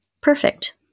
perfect